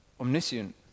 omniscient